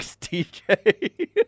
TJ